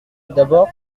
d’abord